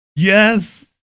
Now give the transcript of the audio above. Yes